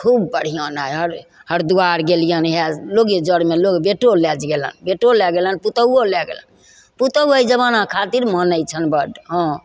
आओर खूब बढ़िआँ नहर हरिद्वार गेलिअनि इएह लोके जरमे बेटो लै गेलनि बेटो लै गेलनि पुतौहुओ लै गेलनि पुतौहु एहि जमाना खातिर मानै छनि बड़ हँ